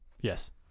Yes